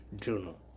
Journal